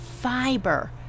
fiber